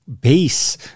base